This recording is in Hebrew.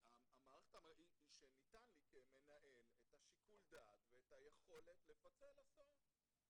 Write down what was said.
היא שניתן לי כמנהל את שיקול הדעת ואת היכולת לפצל הסעות